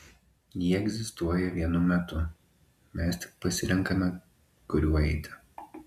jie visi egzistuoja vienu metu mes tik pasirenkame kuriuo eiti